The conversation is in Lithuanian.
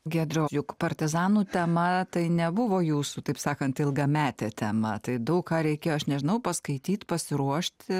giedriau juk partizanų tema tai nebuvo jūsų taip sakant ilgametė tema tai daug ką reikėjo aš nežinau paskaityt pasiruošti